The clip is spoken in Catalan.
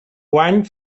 guany